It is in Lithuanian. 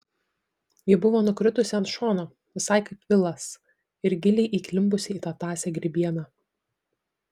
ji buvo nukritusi ant šono visai kaip vilas ir giliai įklimpusi į tąsią grybieną